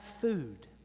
food